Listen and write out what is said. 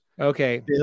Okay